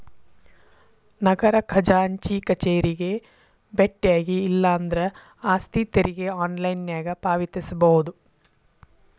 ನಗರ ಖಜಾಂಚಿ ಕಚೇರಿಗೆ ಬೆಟ್ಟ್ಯಾಗಿ ಇಲ್ಲಾಂದ್ರ ಆಸ್ತಿ ತೆರಿಗೆ ಆನ್ಲೈನ್ನ್ಯಾಗ ಪಾವತಿಸಬೋದ